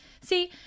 See